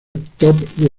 top